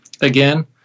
again